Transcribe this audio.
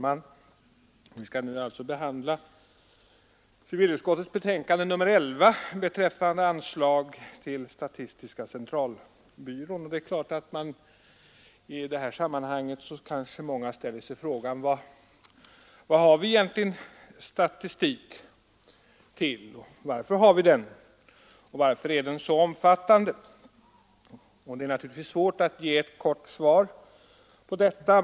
Fru talman! Vi skall nu behandla civilutskottets betänkande nr 11 beträffande anslag till statistiska centralbyrån. Det är klart att många i detta sammanhang frågar sig vad vi egentligen skall ha statistik till och varför den är så omfattande. Det är naturligtvis svårt att ge ett kort svar på detta.